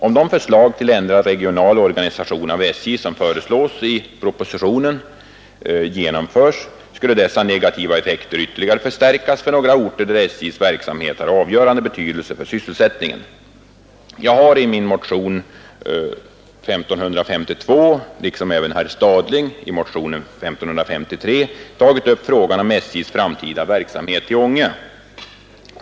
Om de förslag till ändrad regional organisation av SJ som föreslås i propositionen 147 genomförs skulle dessa negativa effekter ytterligare förstärkas på några orter, där SJ:s verksamhet har avgörande betydelse för sysselsättningen. Jag har i min motion nr 1552 — liksom även herr Stadling i motionen 1553 — tagit upp frågan om SJ:s framtida verksamhet i Ånge.